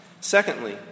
Secondly